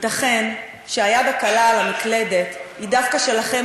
ייתכן שהיד הקלה על המקלדת היא דווקא שלכם,